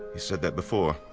said that before.